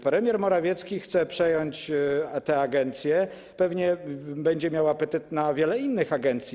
Premier Morawiecki chce przejąć tę agencję, pewnie będzie miał apetyt na wiele innych agencji.